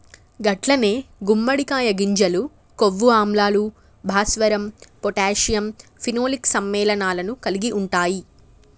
గట్లనే గుమ్మడికాయ గింజలు కొవ్వు ఆమ్లాలు, భాస్వరం పొటాషియం ఫినోలిక్ సమ్మెళనాలను కలిగి ఉంటాయి